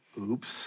oops